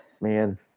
Man